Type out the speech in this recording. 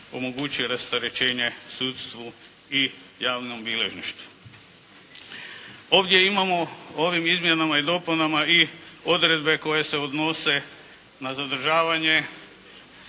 omogućuje rasterećenje sudstvu i javnom bilježništvu. Ovdje imamo, ovim izmjenama i dopunama i odredbe koje se odnose na zadržavanje